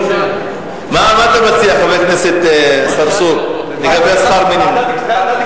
מה אתה מציע, חבר הכנסת צרצור, לגבי שכר המינימום?